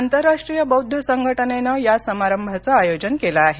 आंतरराष्ट्रीय बौद्ध संघटनेनं या समारंभाचं आयोजन केलं आहे